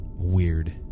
weird